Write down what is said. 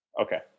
Okay